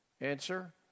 Answer